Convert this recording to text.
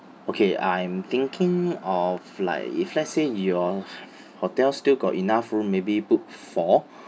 okay I am thinking of like if let's say your hotel still got enough room maybe book four